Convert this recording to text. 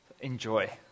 Enjoy